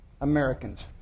Americans